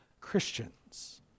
Christians